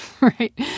right